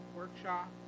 workshop